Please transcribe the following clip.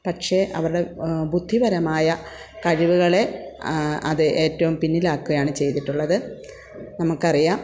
പക്ഷേ അവരുടെ ബുദ്ധിപരമായ കഴിവുകളെ അത് ഏറ്റവും പിന്നിലാക്കുകയാണ് ചെയ്തിട്ടുള്ളത് നമുക്ക് അറിയാം